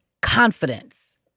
confidence